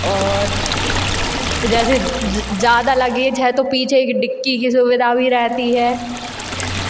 और जैसे ज़्यादा लगेज है तो पीछे की डिक्की की सुविधा भी रहती है